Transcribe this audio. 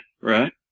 right